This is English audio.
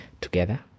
together